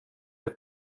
det